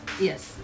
Yes